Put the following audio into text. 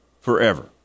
forever